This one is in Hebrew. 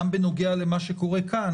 גם בנוגע למה שקורה כאן,